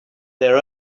their